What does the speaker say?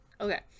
Okay